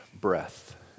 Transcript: breath